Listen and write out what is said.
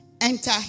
Enter